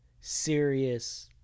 serious